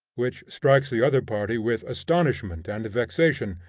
which strikes the other party with astonishment and vexation.